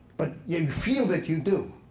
but you feel that you do.